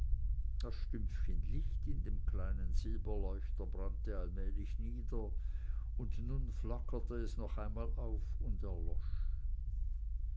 das stümpfchen licht in dem kleinen silberleuchter brannte allmählich nieder und nun flackerte es noch einmal auf und erlosch